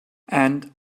and